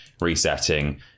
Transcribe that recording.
resetting